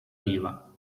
riva